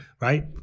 right